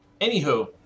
Anywho